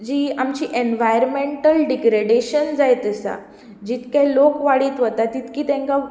जी आमची environmental degradation जायत आसा जितके लोक वाडीत वता तितके तेंका